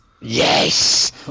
Yes